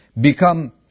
become